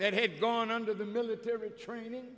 that had gone under the military training